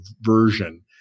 version